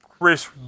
chris